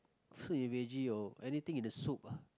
fruit and veggie anything in the soup ah